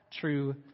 true